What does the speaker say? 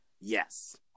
Yes